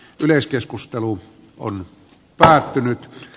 yleiskeskustelu on päättynyt